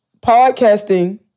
podcasting